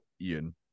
Ian